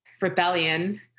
rebellion